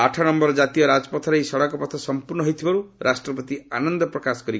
ଆଠନମ୍ଘର କାତୀୟ ରାଜପଥର ଏହି ସଡ଼କପଥ ସମ୍ପର୍ଶ୍ଣ ହୋଇଥିବାର୍ ରାଷ୍ଟ୍ରପତି ଆନନ୍ଦ ପ୍ରକାଶ କରିଛନ୍ତି